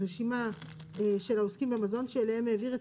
רשימה של העוסקים במזון שאליהם העביר את